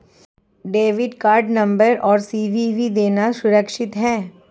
Debit card number और CVV देना सुरक्षित है?